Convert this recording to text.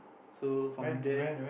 so from there